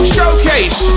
Showcase